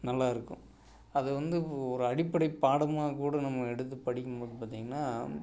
நல்லா இருக்கும் அது வந்து ஒரு அடிப்படை பாடமாக கூட நம்ம எடுத்து படிக்கும்போது பார்த்தீங்கன்னா